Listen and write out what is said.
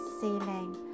ceiling